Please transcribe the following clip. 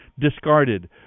discarded